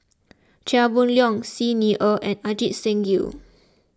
Chia Boon Leong Xi Ni Er and Ajit Singh Gill